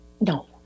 No